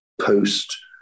post